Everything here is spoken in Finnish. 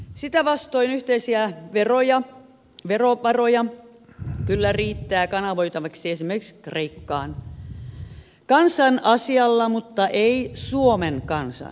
sitä vastoin yhteisiä verovaroja kyllä riittää kanavoitavaksi esimerkiksi kreikkaan kansan asialla mutta ei suomen kansan